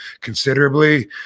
considerably